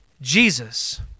Jesus